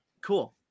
Cool